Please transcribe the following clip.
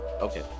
Okay